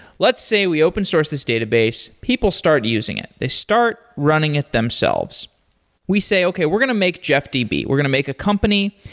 let's say we open source this database. people start using it. they start running it themselves we say, okay. we're going to make jeffdb. we're going to make a company,